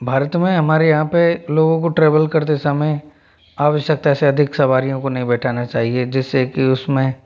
भारत में हमारे यहाँ पर लोगों को ट्रेवल करते समय अवश्यकता से अधिक सवारी को नहीं बिठाना चाहिए जैसे की उसमें